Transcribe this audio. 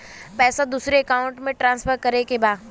पैसा दूसरे अकाउंट में ट्रांसफर करें के बा?